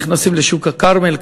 נכנסים לשוק הכרמל,